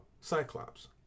Cyclops